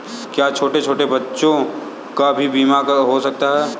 क्या छोटे छोटे बच्चों का भी बीमा हो सकता है?